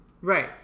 Right